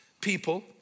people